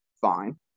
fine